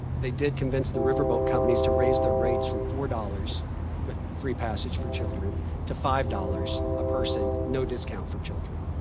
they did convince the river boat companies to raise their rates from four dollars with free passage for children to five dollars a person, no discount for children.